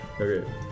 Okay